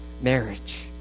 marriage